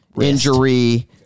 injury